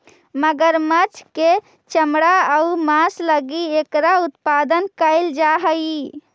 मगरमच्छ के चमड़ा आउ मांस लगी एकरा उत्पादन कैल जा हइ